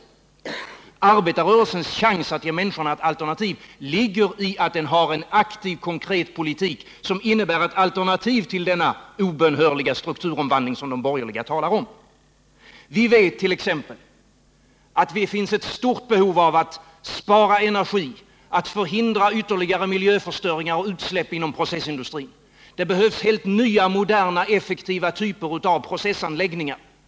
Arbetarrörelsens chans att ge människorna ett alternativ ligger i att den har en konkret aktiv politik som innebär ett alternativ till denna obönhörliga strukturomvandling som de borgerliga talar om. Vi vet t.ex. att det finns ett stort behov av att spara energi och att förhindra ytterligare miljöförstöring genom utsläpp inom processindustrin. Det behövs helt nya, moderna och effektiva processanläggningar.